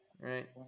Right